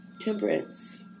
temperance